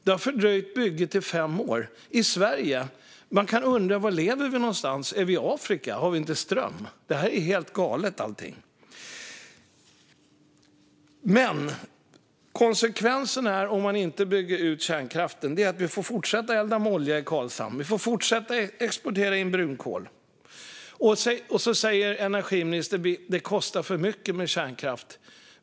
Det har fördröjt bygget med fem år - i Sverige. Man kan undra var vi lever någonstans. Är vi i Afrika? Har vi inte ström? Det är helt galet, allting. Konsekvensen om man inte bygger kärnkraften är att vi får fortsätta elda med olja i Karlshamn. Vi får fortsätta importera brunkol. Och så säger energiministern att det kostar för mycket med kärnkraft.